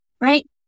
Right